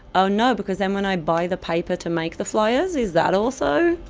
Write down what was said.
oh, no, because then when i buy the paper to make the flyers is that also.